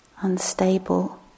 unstable